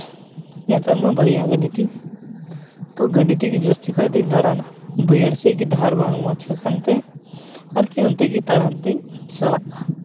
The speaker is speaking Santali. ᱱᱮᱛᱟᱨ ᱢᱟ ᱵᱟᱨᱭᱟ ᱜᱟᱹᱰᱤ ᱛᱤᱧ ᱛᱳ ᱜᱟᱹᱰᱤ ᱛᱮᱜᱮ ᱡᱟᱹᱥᱛᱤ ᱠᱷᱚᱱ ᱫᱩᱧ ᱫᱟᱬᱟᱱᱟ ᱵᱟᱹᱭᱦᱟᱹᱲ ᱥᱮᱫ ᱜᱮ ᱰᱟᱦᱟᱨ ᱵᱟᱝ ᱢᱚᱡᱽ ᱟᱠᱟᱱ ᱛᱮ ᱟᱨᱠᱤ ᱚᱱᱛᱮ ᱜᱮ ᱛᱟᱲᱟᱢ ᱛᱤᱧ ᱪᱟᱞᱟᱜᱼᱟ